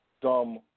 dumb